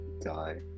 die